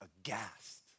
aghast